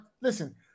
listen